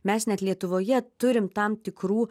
mes net lietuvoje turim tam tikrų